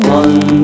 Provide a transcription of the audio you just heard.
one